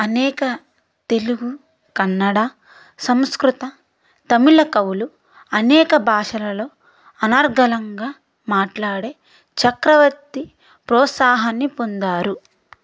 అనేక తెలుగు కన్నడ సంస్కృత తమిళ కవులు అనేక భాషలలో అనర్గళంగా మాట్లాడే చక్రవర్తి ప్రోత్సాహాన్ని పొందారు